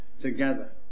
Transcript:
together